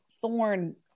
thorn